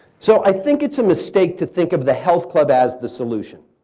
so i think it's a mistake to think of the health club as the solution.